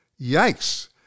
Yikes